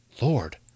Lord